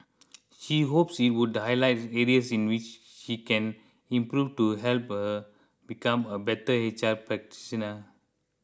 she hopes it would highlight areas in which she can improve to help her become a better H R practitioner